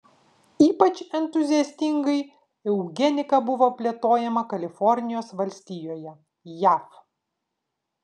ypač entuziastingai eugenika buvo plėtojama kalifornijos valstijoje jav